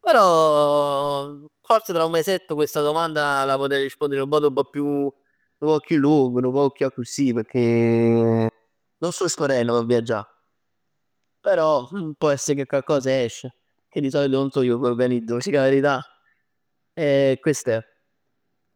però forse tra un mesetto questa domanda la potrei rispondere in modo un pò più, 'nu poc chiù luong, 'nu poc chiù accussì pecchè nun sto sperenn p' viaggia. Però pò ess, cà coccos esce. Pecchè di solito non so io ch' organizzo vi dico 'a verità. E quest' è.